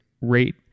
rate